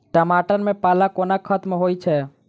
टमाटर मे पाला कोना खत्म होइ छै?